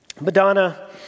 Madonna